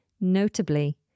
Notably